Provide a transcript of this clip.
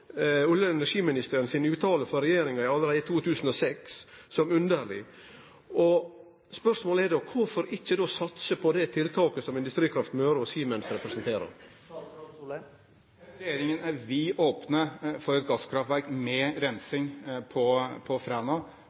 olje- og energiministerens utsegn frå regjeringa allereie i 2006 som underleg. Spørsmålet er då: Kvifor ikkje satse på det tiltaket som Industrikraft Møre og Siemens representerer? Regjeringen er vidåpen for et gasskraftverk med rensing på